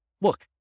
look